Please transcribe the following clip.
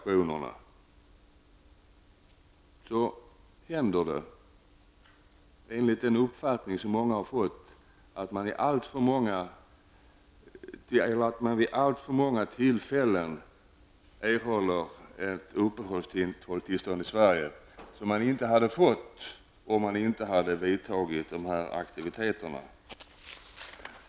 Massmedia blåser ofta upp de här aktionerna, och då händer det att man vid, enligt mångas uppfattning, alltför många tillfällen erhåller uppehållstillstånd i Sverige. Detta hade man inte fått om man inte hade vidtagit de här aktionerna.